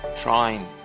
Trying